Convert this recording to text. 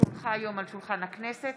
כי הונחה היום על שולחן הכנסת